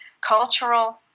cultural